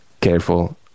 careful